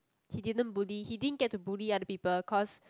he didn't bully he didn't get to bully other people cause